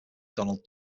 donald